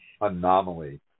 Anomaly